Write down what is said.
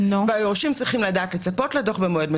והיורשים צריכים לדעת לצפות לדו"ח במועד מסוים.